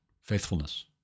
faithfulness